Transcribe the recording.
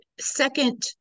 second